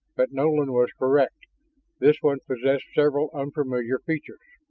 but nolan was correct this one possessed several unfamiliar features.